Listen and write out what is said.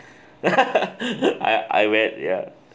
I I went ya